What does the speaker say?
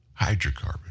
Hydrocarbon